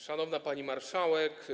Szanowna Pani Marszałek!